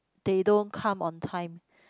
they don't come on time